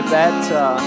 better